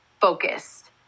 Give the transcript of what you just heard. focused